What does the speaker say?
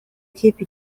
ikipe